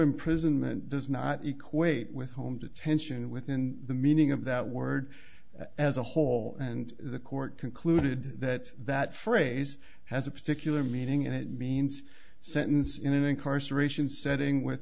imprisonment does not equate with home detention within the meaning of that word as a whole and the court concluded that that phrase has a particular meaning and it means sentence in an incarceration setting with